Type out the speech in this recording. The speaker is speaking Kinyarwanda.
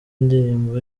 ndirimbo